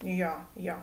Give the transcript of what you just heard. jo jo